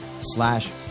slash